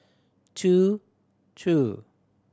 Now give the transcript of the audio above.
two two